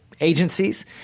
agencies